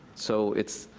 so, it's